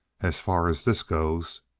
as far as this goes.